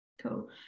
Cool